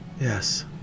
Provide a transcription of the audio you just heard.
Yes